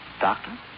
Doctor